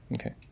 Okay